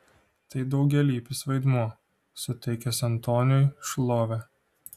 tai daugialypis vaidmuo suteikęs antoniui šlovę